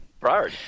prior